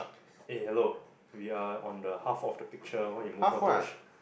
eh hello we are on the half of the picture why you move on to the